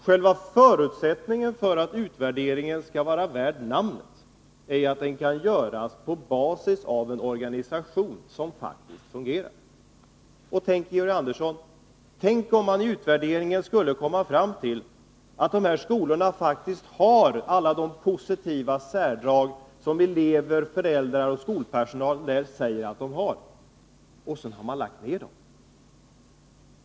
Själva förutsättningen för en utvärdering värd namnet är att den kan göras på basis av en organisation som faktiskt fungerar. Och tänk, Georg Andersson, om man vid utvärderingen skulle komma fram till att de här skolorna faktiskt har alla de positiva särdrag som elever, föräldrar och skolpersonal säger att de har! Då vore det bra bakvänt om man redan hade lagt ned dem!